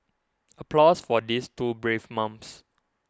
applause for these two brave mums